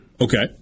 Okay